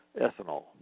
ethanol